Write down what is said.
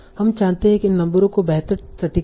हम चाहते हैं कि इन नंबरों से बेहतर सटीकता हो